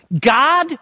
God